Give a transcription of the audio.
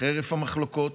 חרף המחלוקות,